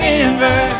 Denver